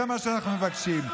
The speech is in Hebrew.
זה מה שאנחנו מבקשים.